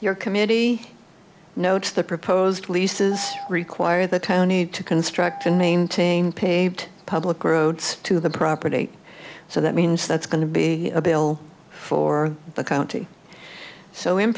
your committee notes the proposed leases require the town need to construct and maintain paved public roads to the property so that means that's going to be a bill for the county so in